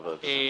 חבר הכנסת טיבי.